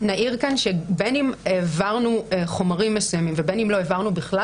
בין אם העברנו חומרים מסוימים ובין אם לא העברנו בכלל,